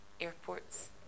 airports